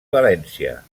valència